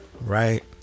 right